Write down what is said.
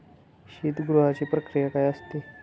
शीतगृहाची प्रक्रिया काय असते?